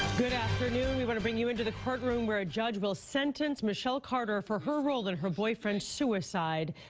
good afternoon. we want to bring you into the courtroom where a judge will sentence michelle carter for her role in her boyfriend's suicide,